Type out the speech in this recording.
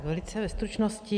Velice ve stručnosti.